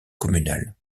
communal